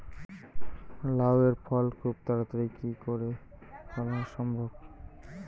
লাউ এর ফল খুব তাড়াতাড়ি কি করে ফলা সম্ভব?